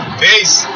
peace